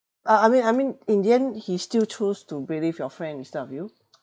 uh I mean I mean in the end he still choose to believe your friend instead of you